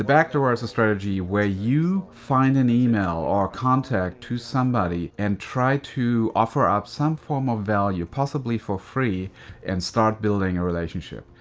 backdoor is a strategy where you find an email or contact to somebody and try to offer up some form of value, possibly for free and start building a relationship.